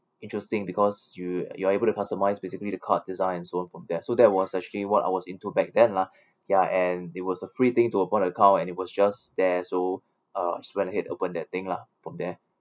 interesting because you you're able to customise basically the card designs so on from there so that was actually what I was into back then lah ya and it was a free thing to open account and it was just there so uh just when ahead open that thing lah from there